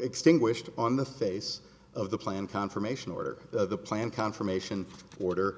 extinguished on the face of the plan conformation order of the plan conformation order